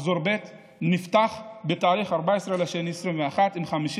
מחזור ב' נפתח בתאריך 14 בפברואר 2021 עם 55